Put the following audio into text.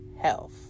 health